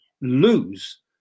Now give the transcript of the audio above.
lose